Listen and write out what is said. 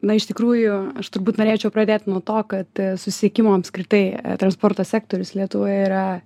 na iš tikrųjų aš turbūt norėčiau pradėt nuo to kad susisiekimo apskritai transporto sektorius lietuvoje yra